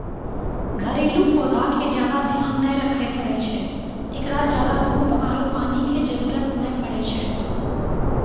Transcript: घरेलू पौधा के ज्यादा ध्यान नै रखे पड़ै छै, एकरा ज्यादा धूप आरु पानी के जरुरत नै पड़ै छै